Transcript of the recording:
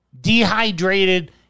dehydrated